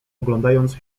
oglądając